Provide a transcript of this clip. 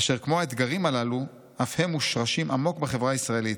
אשר כמו האתגרים הללו אף הם מושרשים עמוק בחברה הישראלית: